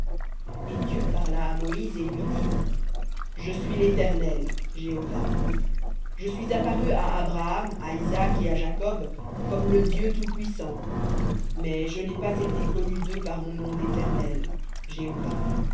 et dieu parla à moïse et lui dit je suis léternel je suis apparu à abraham à isaac et à jacob comme le dieu tout-puissant mais je n'ai pas été connu d'eux par mon nom d'éternel